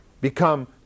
become